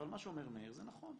אבל מה שאומר מאיר זה נכון.